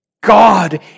God